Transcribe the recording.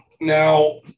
now